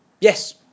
Yes